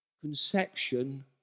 conception